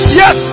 yes